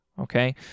Okay